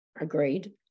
Agreed